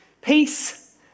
Peace